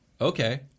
Okay